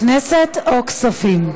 הכנסת או הכספים.